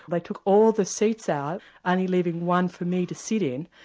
like took all the seats out only leaving one for me to sit in,